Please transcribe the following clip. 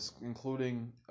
including